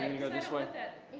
and go this way?